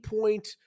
point